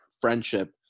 friendship